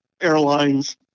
airlines